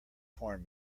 porn